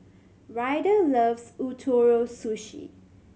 Ryder loves Ootoro Sushi